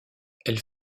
elle